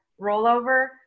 rollover